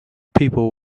people